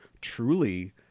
truly